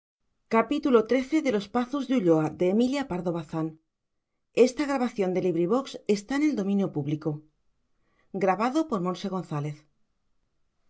los pazos de ulloa emilia pardo bazán